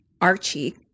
Archie